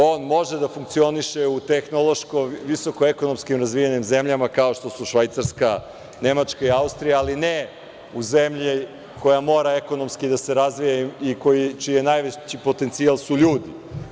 On može da funkcioniše tehnološko visokoekonomski razvijenim zemljama, kao što su Švajcarska, Nemačka i Austrija, ali ne u zemlji koja mora ekonomski da se razvija i čiji su najveći potencijali ljudi.